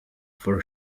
for